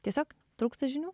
tiesiog trūksta žinių